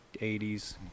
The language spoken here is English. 80s